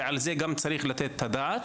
ועל זה גם צריך לתת את הדעת.